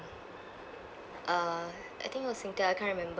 uh I think it was singtel I can't remember